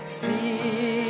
see